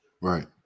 Right